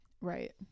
Right